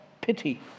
pity